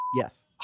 Yes